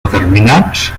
determinats